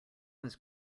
was